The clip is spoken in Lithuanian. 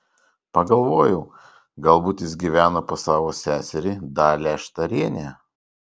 pagalvojau galbūt jis gyvena pas savo seserį dalią štarienę